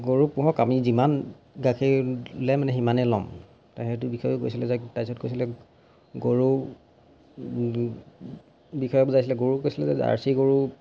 গৰু পুহক আমি যিমান গাখীৰ ওলায় মানে সিমানে ল'ম তে সেইটো বিষয়েও কৈছিলে তাৰ পিছত কৈছিলে গৰু বিষয়ে বুজাইছিলে গৰু কৈছিলে যে জাৰ্চী গৰু